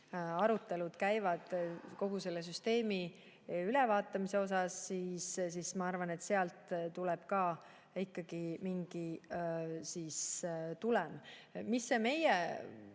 arutelud käivad kogu selle süsteemi ülevaatamise teemal, siis ma arvan, et sealt tuleb ka ikkagi mingi tulem. Mis meie